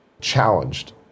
challenged